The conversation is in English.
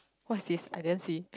what's this I didn't see